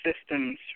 systems